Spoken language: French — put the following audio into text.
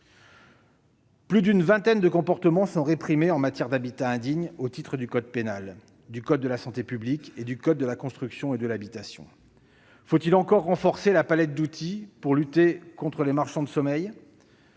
Plus d'une vingtaine de comportements sont réprimés en matière d'habitat indigne au titre du code pénal, du code de la santé publique et du code de la construction et de l'habitation. Faut-il encore renforcer la palette d'outils pour lutter contre les marchands de sommeil ?